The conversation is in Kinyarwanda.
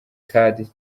card